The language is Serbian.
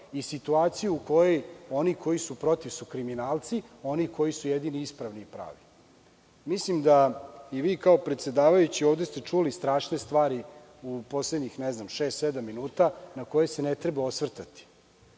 i situaciju u kojoj oni koji su protiv su kriminalci, oni koji su jedini ispravni i pravi. Mislim da ste i vi kao predsedavajući ovde čuli strašne stvari u poslednjih šest, sedam minuta na koje se ne treba osvrtati,